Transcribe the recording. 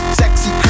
sexy